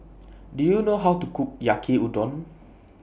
Do YOU know How to Cook Yaki Udon